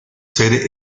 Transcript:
sede